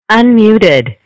unmuted